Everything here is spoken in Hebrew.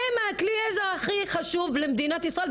הן כלי העזר הכי חשוב שיש למדינת ישראל,